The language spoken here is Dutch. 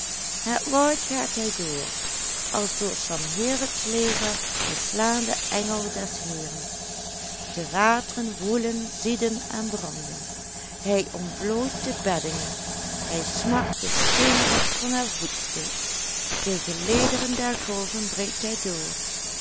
het woud gaat hij door als door sanheribs leger de slaande engel des heeren de wateren woelen zieden en branden hij ontbloot de beddingen hij smakt de steenrots van haar voetstuk de gelederen der golven breekt hij door